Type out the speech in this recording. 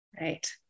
Right